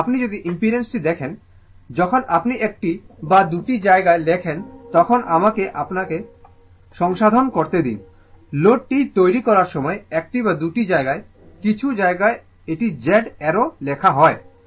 কিন্তু আপনি যদি ইম্পিডেন্সটি দেখেন যখন আপনি একটি বা দুটি জায়গা লেখেন তখন আমাকে আপনাকে সংশোধন করতে দিন লোডটি তৈরি করার সময় একটি বা দুটি জায়গা কিছু জায়গায় এটি Z অ্যারো লেখা হয়